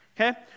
Okay